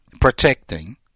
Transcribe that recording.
protecting